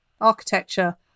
architecture